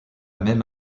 même